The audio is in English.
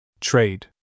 Trade